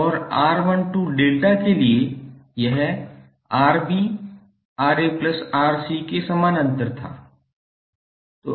और 𝑅12 डेल्टा के लिए यह Rb 𝑅𝑎𝑅𝑐 के समानांतर था